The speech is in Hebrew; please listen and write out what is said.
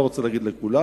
אני לא רוצה להגיד לכולם,